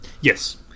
Yes